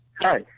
hi